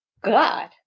God